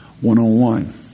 one-on-one